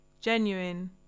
genuine